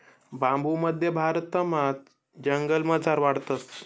बांबू मध्य भारतमा जंगलमझार वाढस